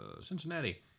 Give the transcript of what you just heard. Cincinnati